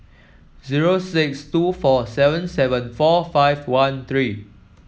zero six two four seven seven four five one three